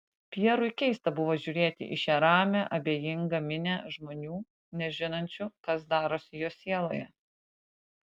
pjerui keista buvo žiūrėti į šią ramią abejingą minią žmonių nežinančių kas darosi jo sieloje